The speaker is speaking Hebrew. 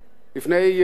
לפני שעתיים-שלוש,